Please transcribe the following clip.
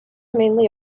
mainly